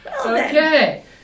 Okay